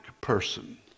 person